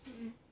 mm